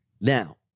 Now